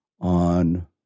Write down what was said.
on